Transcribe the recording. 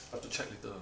have to check later uh